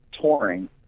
touring